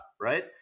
right